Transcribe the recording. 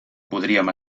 podríem